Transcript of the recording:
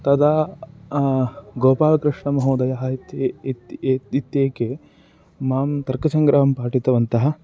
तदा गोपालकृष्णमहोदयः इति इति इत् इत्येके मां तर्कसङ्ग्रहं पाठितवन्तः